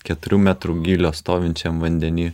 keturių metrų gylio stovinčiam vandeny